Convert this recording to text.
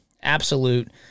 Absolute